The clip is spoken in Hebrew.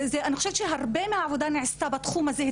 אני חושבת שהרבה מהעבודה נעשתה בתחום הזה,